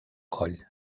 coll